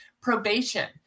probation